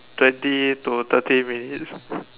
twenty to thirty minutes